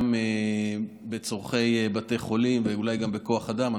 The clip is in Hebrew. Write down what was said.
גם בצורכי בתי החולים ואולי גם בכוח אדם.